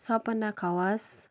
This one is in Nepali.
सपना खवास